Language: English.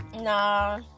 Nah